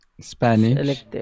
Spanish